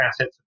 assets